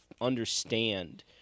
understand